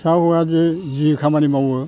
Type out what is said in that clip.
फिसा हौवा जे खामानि मावो